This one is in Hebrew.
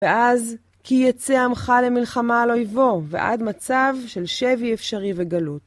ואז כי יצא עמך למלחמה על אויבו ועד מצב של שבי אפשרי וגלות.